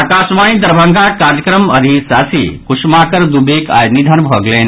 आकाशवाणी दरभंगाक कार्यक्रम अधिशासी कुसुमाकर दुबेक आई निधन भऽ गेलनि